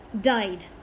died